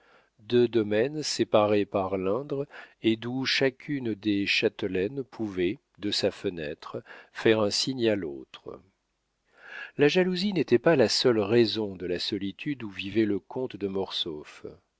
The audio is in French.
deux domaines séparés par l'indre et d'où chacune des châtelaines pouvait de sa fenêtre faire un signe à l'autre la jalousie n'était pas la seule raison de la solitude où vivait le comte de